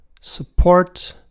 support